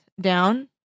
down